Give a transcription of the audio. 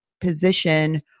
position